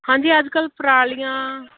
ਹਾਂਜੀ ਅੱਜ ਕੱਲ੍ਹ ਪਰਾਲੀਆਂ